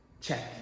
check